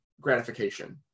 gratification